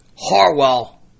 Harwell